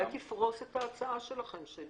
אני רוצה לאפשר את הפיילוט הזה.